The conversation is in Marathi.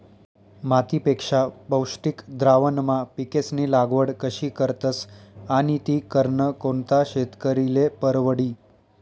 मातीपेक्षा पौष्टिक द्रावणमा पिकेस्नी लागवड कशी करतस आणि ती करनं कोणता शेतकरीले परवडी?